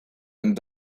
and